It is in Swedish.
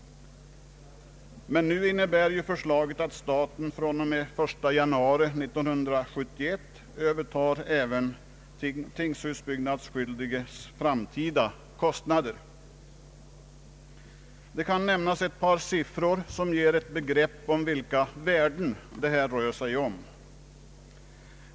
Nu innebär dock förslaget att staten från och med den 1 januari 1971 övertar även tingshusbyggnadsskyldiges framtida kostnader. Jag kan nämna ett par siffror, som ger ett begrepp om vilka värden det här rör sig om.